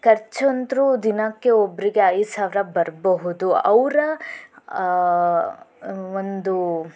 ಖರ್ಚು ಅಂತೂ ದಿನಕ್ಕೆ ಒಬ್ಬರಿಗೆ ಐದು ಸಾವಿರ ಬರಬಹುದು ಅವರ ಒಂದು